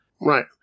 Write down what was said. Right